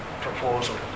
proposal